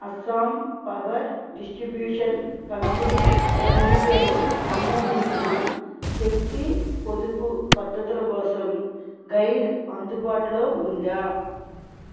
Assam power distribution company limited ఆమోదించిన శక్తి పొదుపు పద్ధతుల కోసం గైడ్ అందుబాటులో ఉందా